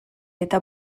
eta